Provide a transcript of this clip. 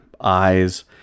eyes